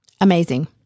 Amazing